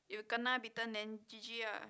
you kena bitten then G_G ah